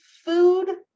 food